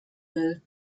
will